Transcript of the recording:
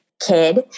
kid